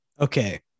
Okay